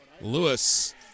Lewis